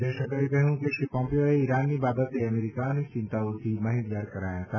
જયશંકરે કહ્યું કે પોમ્પીયોએ ઈરાનની બાબતે અમેરિકાની ચિંતાઓથી માહીતગાર કરાયા હતા